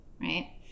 right